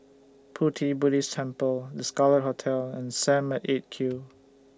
Pu Ti Buddhist Temple The Scarlet Hotel and SAM At eight Q